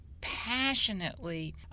passionately